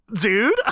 dude